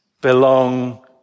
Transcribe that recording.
belong